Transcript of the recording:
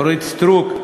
אורית סטרוק,